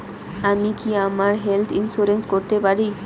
আমি কি আমার হেলথ ইন্সুরেন্স করতে পারি?